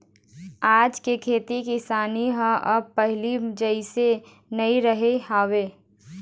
आज के खेती किसानी ह अब पहिली जइसे नइ रहिगे हवय